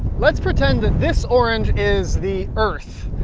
let's pretend that this orange is the earth.